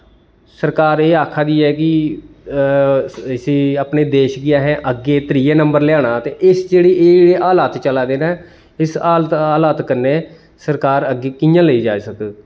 सरकार एह् आक्खा दी ऐ कि इसी अपने देश गी असें अग्गें त्रिये नंबर लेआना ते इस जेह्ड़े एह् जेह्ड़े हालात चला दे न इस हालत हालात कन्नै सरकार अग्गै कि'यां लेई जाई सकग